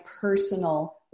personal